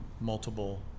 multiple